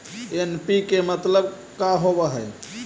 NPK मतलब का होव हइ?